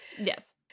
Yes